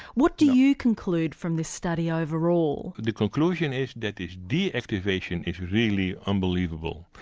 what do you conclude from this study overall? the conclusion is that this deactivation is really unbelievable.